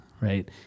right